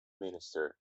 minister